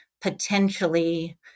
potentially